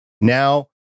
Now